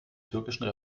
türkischen